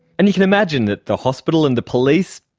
and you can imagine that the hospital and the police,